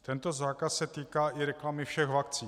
Tento zákaz se týká i reklamy všech vakcín.